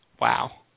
Wow